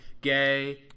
gay